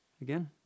again